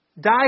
die